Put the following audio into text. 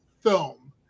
film